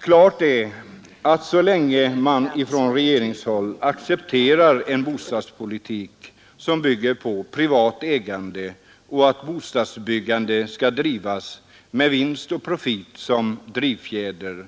Klart är att så länge man från regeringshåll accepterar en bostadspolitik, som bygger på privat ägande, och att bostadsbyggandet skall drivas med vinst och profit som drivfjäder